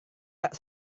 tak